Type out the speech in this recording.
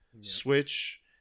Switch